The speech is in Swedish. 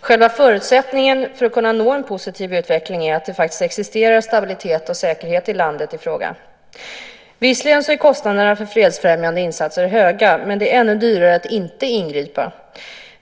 Själva förutsättningen för att kunna nå en positiv utveckling är att det faktiskt existerar stabilitet och säkerhet i landet i fråga. Visserligen är kostnaderna för fredsfrämjande insatser höga, men det är ännu dyrare att inte ingripa.